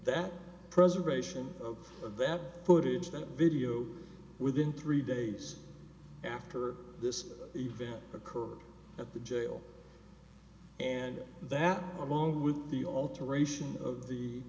that preservation of that footage that video within three days after this event occurred at the jail and that along with the alteration of the